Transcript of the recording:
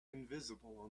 invisible